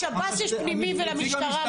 לשב"ס יש פנימי ולמשטרה מה?